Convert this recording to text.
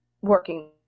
working